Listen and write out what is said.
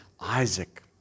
Isaac